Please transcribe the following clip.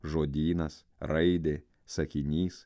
žodynas raidė sakinys